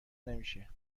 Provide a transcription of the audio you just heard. نمیشه